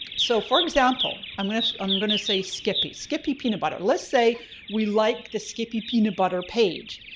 so for example, i'm gonna i'm gonna say skippy skippy peanut butter. let's say we like the skippy peanut butter page,